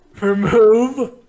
remove